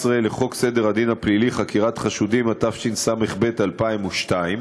לחוק סדר הדין הפלילי (חקירת חשודים) התשס"ב 2002,